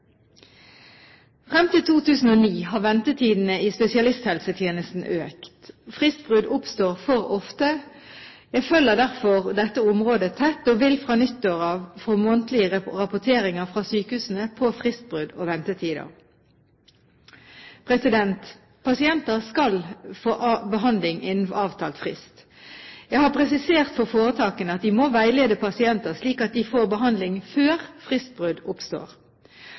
Frem til 2009 har ventetidene i spesialisthelsetjenesten økt. Fristbrudd oppstår for ofte. Jeg følger derfor dette området tett og vil fra nyttår av få månedlige rapporteringer fra sykehusene om fristbrudd og ventetider. Pasienter skal få behandling innen avtalt frist. Jeg har presisert for foretakene at de må veilede pasienter slik at de får behandling før fristbrudd oppstår.